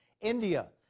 India